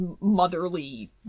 motherly